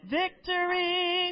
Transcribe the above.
victory